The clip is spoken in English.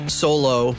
solo